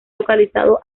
localizado